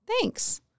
Thanks